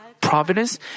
providence